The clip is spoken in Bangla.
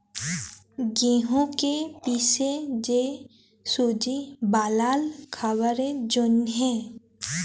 গেঁহুকে পিসে যে সুজি বালাল খাবারের জ্যনহে